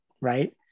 right